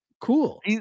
Cool